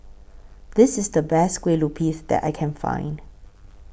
This IS The Best Kue Lupis that I Can Find